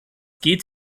geht